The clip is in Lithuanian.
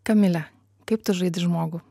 kamile kaip tu žaidi žmogų